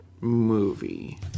movie